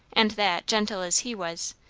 and that, gentle as he was,